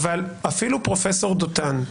אפילו פרופסור דותן,